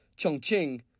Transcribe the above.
Chongqing